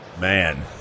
Man